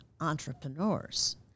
entrepreneurs